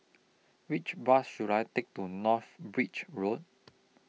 Which Bus should I Take to North Bridge Road